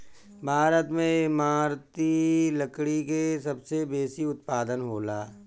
भारत में इमारती लकड़ी के सबसे बेसी उत्पादन होला